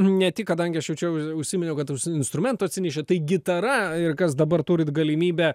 ne tik kadangi aš jau čia užsiminiau kad jisai instrumentų atsinešė tai gitara ir kas dabar turit galimybę